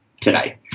today